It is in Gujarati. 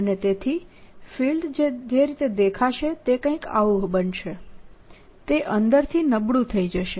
અને તેથી ફિલ્ડ જે રીતે દેખાશે તે કંઈક આવું બનશે તે અંદરથી નબળું થઈ જશે